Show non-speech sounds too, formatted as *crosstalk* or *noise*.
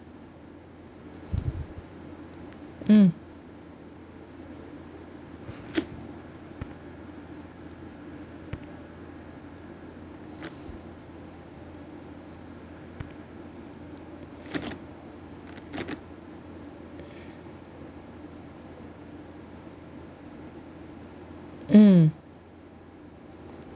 *breath* mm *breath* mm